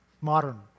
modern